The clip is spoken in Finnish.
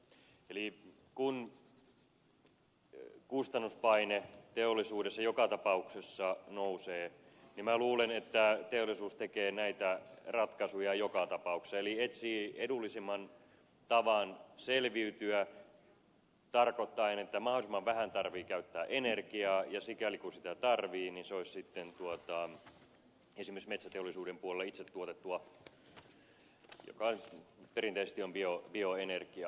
eli kun kustannuspaine teollisuudessa joka tapauksessa nousee minä luulen että teollisuus tekee näitä ratkaisuja joka tapauksessa eli etsii edullisimman tavan selviytyä mikä tarkoittaa että mahdollisimman vähän tarvitsee käyttää energiaa ja sikäli kuin sitä tarvitsee se olisi sitten esimerkiksi metsäteollisuuden puolella itsetuotettua joka nyt perinteisesti on bioenergiaa